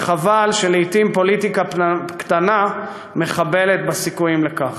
וחבל שלעתים פוליטיקה קטנה מחבלת בסיכויים לכך.